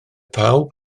pawb